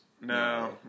No